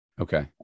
Okay